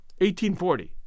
1840